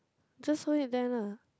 just hold it there lah